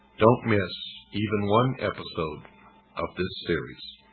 don't miss even one episode of this series.